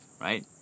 right